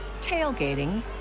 tailgating